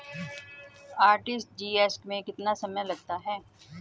RTGS में कितना समय लगता है?